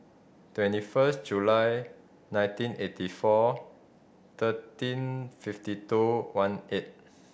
twenty first July nineteen eighty four thirteen fifty two one eight